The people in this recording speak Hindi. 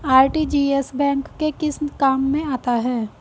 आर.टी.जी.एस बैंक के किस काम में आता है?